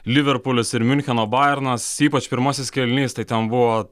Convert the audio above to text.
liverpulis ir miuncheno bajernas ypač pirmasis kėlinys tai ten buvo